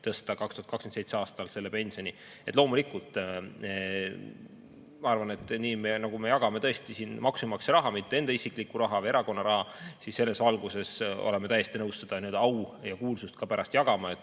tõsta 2027. aastaks pensioni. Loomulikult ma arvan, et kuna me jagame siin tõesti maksumaksja raha, mitte enda isiklikku raha või erakonna raha, siis selles valguses oleme täiesti nõus seda au ja kuulsust ka pärast jagama,